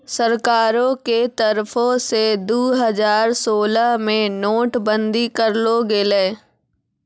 सरकारो के तरफो से दु हजार सोलह मे नोट बंदी करलो गेलै